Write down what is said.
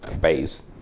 base